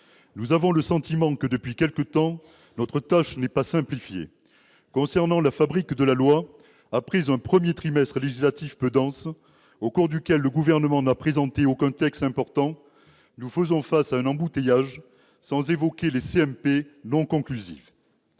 Nous avons le sentiment que, depuis quelque temps, notre tâche n'est pas simplifiée. Concernant la fabrique de la loi, après un premier trimestre législatif peu dense au cours duquel le Gouvernement n'a présenté aucun texte important, nous faisons face à un embouteillage- et je n'évoque même pas les commissions